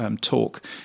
Talk